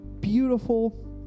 beautiful